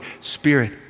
Spirit